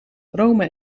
rome